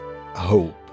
hope